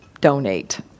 donate